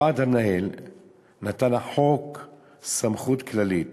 לוועד המנהל נתן החוק סמכות כללית